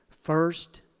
first